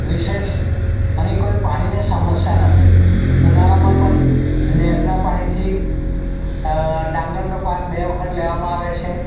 વિશેષ અહીં કોઈ પાણીની સમસ્યા નથી ઉનાળામાં પણ નહેરનાં પાણીથી ડાંગરનો પાક બે વખત લેવામાં આવે છે